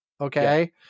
Okay